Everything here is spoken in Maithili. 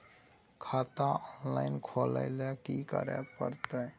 खाता ऑनलाइन खुले ल की करे परतै?